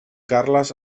carles